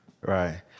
Right